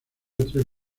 tres